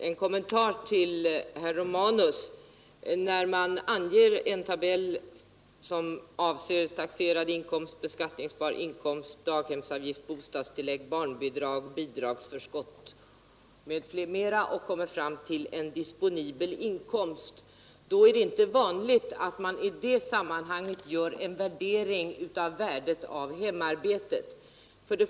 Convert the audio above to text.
Herr talman! Jag vill bara göra en kommentar till herr Romanus” anförande. När man anger en tabell som avser taxerad inkomst, beskattningsbar inkomst, daghemsavgift, bostadstillägg, barnbidrag, bidragsförskott m.m. och kommer fram till en disponibel inkomst, då är det inte vanligt att man i det sammanhanget gör en uppskattning av hemarbetets värde.